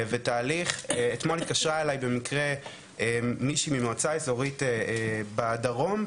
אתמול התקשרה אלי במקרה מישהי ממועצה אזורית בדרום,